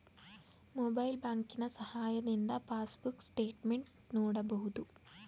mobile ಬ್ಯಾಂಕಿನ ಸಹಾಯದಿಂದ passbook statement ನೋಡಬಹುದು